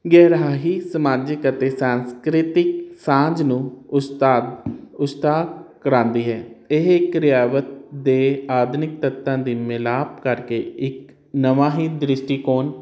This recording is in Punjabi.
ਗਹਿਰਾਹੀ ਸਮਾਜਿਕ ਅਤੇ ਸੰਸਕ੍ਰਿਤਿਕ ਸਾਂਝ ਨੂੰ ਉਸਤਾਦ ਉਸਤਾਹ ਕ੍ਰਾਂਤੀ ਹੈ ਇਹ ਇੱਕ ਰਿਆਵਤ ਦੇ ਆਧੁਨਿਕ ਤੱਤਾਂ ਦੀ ਮਿਲਾਪ ਕਰਕੇ ਇਕ ਨਵਾਂ ਹੀ ਦ੍ਰਿਸ਼ਟੀਕੋਣ